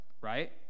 right